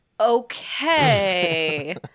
Okay